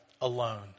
alone